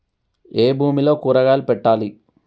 ఏ భూమిలో కూరగాయలు పెట్టాలి?